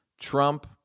Trump